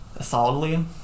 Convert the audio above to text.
solidly